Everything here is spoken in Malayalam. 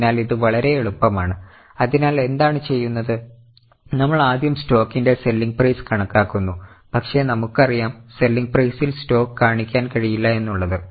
അതിനാൽ ഇത് വളരെ എളുപ്പമാണ് അതിനാൽ എന്താണ് ചെയ്യുന്നത് നമ്മൾ ആദ്യം സ്റ്റോക്കിന്റെ സെല്ലിങ് പ്രൈസ് കണക്കാക്കുന്നു പക്ഷേ നമുക്കറിയാം സെല്ലിങ് പ്രൈസിൽ സ്റ്റോക്ക് കാണിക്കാൻ കഴിയില്ല എന്നുള്ളത്